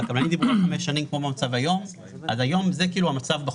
היום זה המצב בחוק.